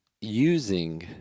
using